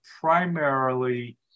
primarily